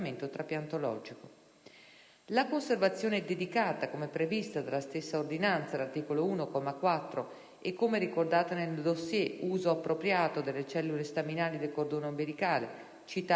La conservazione dedicata, come prevista dalla stessa ordinanza all'articolo 1, comma 4, e come ricordata nel *dossier* «Uso appropriato delle cellule staminali del cordone ombelicale» citato nell'atto parlamentare,